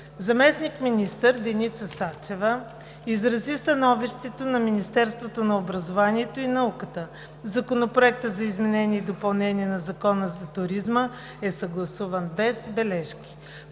Заместник-министър Деница Сачева изрази становището на Министерството на образованието и науката – Законопроектът за изменение и допълнение на Закона за туризма е съгласуван без бележки.